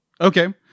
Okay